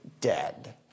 dead